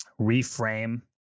reframe